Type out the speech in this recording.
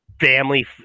Family